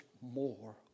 more